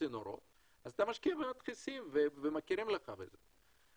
צינורות אז אתה משקיע במדחסים ומכירים לך בזה.